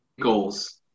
goals